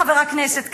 חבר הכנסת כץ.